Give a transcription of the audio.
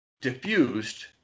diffused